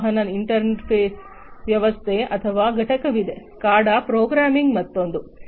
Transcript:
ಸಂವಹನ ಇಂಟರ್ಫೇಸ್ ವ್ಯವಸ್ಥೆ ಅಥವಾ ಘಟಕವಿದೆ ಎಸ್ಸಿಎಡಿಎ ಪ್ರೋಗ್ರಾಮಿಂಗ್ ಮತ್ತೊಂದು